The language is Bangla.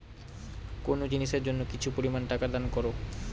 কোনো জিনিসের জন্য কিছু পরিমান টাকা দান করো